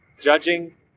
Judging